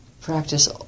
practice